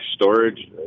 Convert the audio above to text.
storage